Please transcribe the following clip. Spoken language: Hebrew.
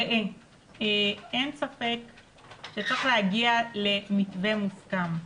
ראה, אין ספק שצריך להגיע למתווה מוסכם.